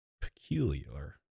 Peculiar